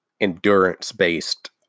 endurance-based